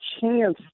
chance